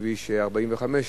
בכביש 45,